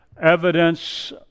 evidence